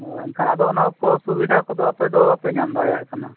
ᱦᱳᱭ ᱮᱱᱠᱷᱟᱱ ᱦᱩᱱᱟᱹᱝ ᱟᱫᱚ ᱚᱱᱟ ᱠᱚ ᱥᱩᱵᱤᱫᱷᱟ ᱠᱚᱫᱚ ᱟᱯᱮ ᱫᱚ ᱵᱟᱯᱮ ᱧᱟᱢ ᱫᱟᱲᱮᱭᱟᱜ ᱠᱟᱱᱟ